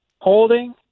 holding